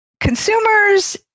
Consumers